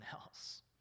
else